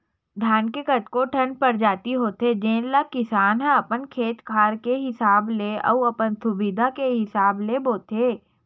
धान के कतको ठन परजाति होथे जेन ल किसान ह अपन खेत खार के हिसाब ले अउ अपन सुबिधा के हिसाब ले बोथे